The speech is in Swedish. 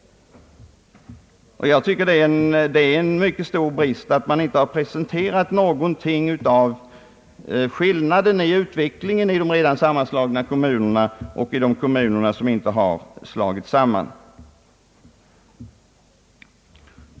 Jag tycker det är en stor brist att man inte har presenterat något material som skulle belysa skillnaden i utveckling i redan sammanslagna kommuner och i de kommuner som inte har slagits samman.